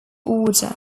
order